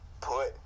put